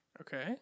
Okay